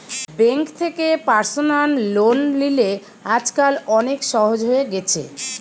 bank থেকে personal loan লিলে আজকাল অনেক সহজ হয়ে গেছে